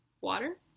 Water